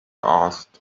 asked